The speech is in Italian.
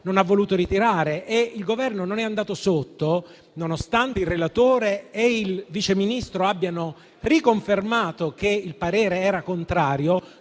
non ha voluto ritirare. Il Governo non è andato sotto, nonostante il relatore e il Vice Ministro abbiano riconfermato che il parere era contrario,